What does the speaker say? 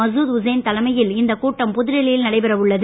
மசூத் உசேன் தலைமையில் இந்த கூட்டம் புதுடெல்லியில் நடைபெற உள்ளது